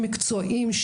מקצועיים,